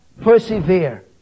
persevere